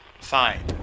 Fine